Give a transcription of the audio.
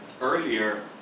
earlier